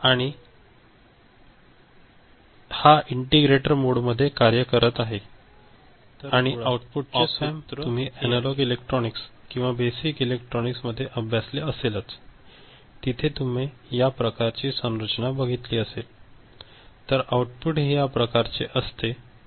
आणि हा integrator mode मध्ये कार्य करत आहे आणि आउटपुट चे सूत्र हे आहे तर मुळात ऑप अँप तुम्ही अनालॉग इलेक्ट्रॉनिक्स किंवा बेसिक इलेक्ट्रॉनिक्स अभ्यासले असेलच तिथे तुम्ही याप्रकारची संरचना बघितली असेल तरआउटपुट हे या प्रकारचे असते